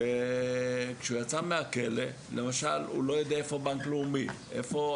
כשהוא יצא מהכלא הוא לא ידע איפה הבנק וכדומה.